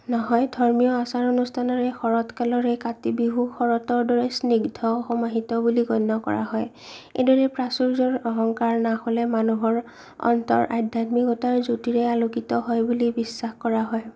নহয় ধৰ্মীয় আচাৰ অনুষ্ঠানৰে শৰত কালত এই কাতি বিহু শৰতৰ দৰে স্নিগ্ধ সমাহিত বুলি গণ্য কৰা হয় এই দৰে প্ৰাচুৰ্য্য অহংকাৰ নাশ হ'লে মানুহৰ অন্তৰ আধ্যাত্মিকৰ জ্যোতিৰে আলোকিত হয় বুলি বিশ্বাস কৰা হয়